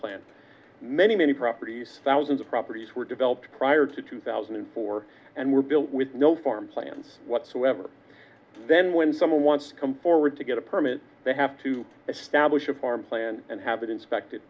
plant many many properties thousands of properties were developed prior to two thousand and four and were built with no farm plans whatsoever then when someone wants to come forward to get a permit they have to establish a farm plan and have it inspected